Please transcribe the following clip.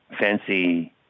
fancy